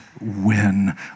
win